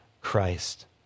Christ